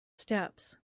steps